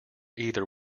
either